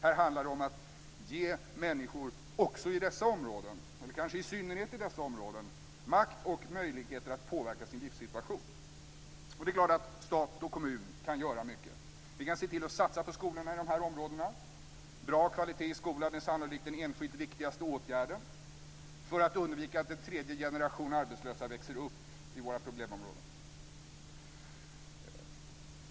Här handlar det om att ge människor också, eller kanske i synnerhet, i dessa områden makt och möjlighet att påverka sin livssituation. Stat och kommun kan naturligtvis göra mycket. Vi kan se till att satsa på skolorna i de här områdena. Bra kvalitet i skolan är sannolikt den enskilt viktigaste åtgärden för att undvika att en tredje generation arbetslösa växer upp i våra problemområden.